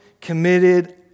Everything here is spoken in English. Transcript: committed